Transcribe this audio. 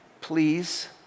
please